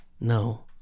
No